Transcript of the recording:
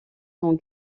sont